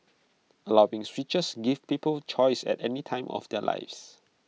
allowing switches gives people choice at any time of their lives